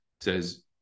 says